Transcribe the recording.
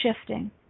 shifting